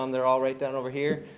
um they're all right down over here.